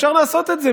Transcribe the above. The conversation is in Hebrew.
אפשר לעשות את זה,